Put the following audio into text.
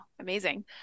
amazing